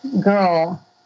girl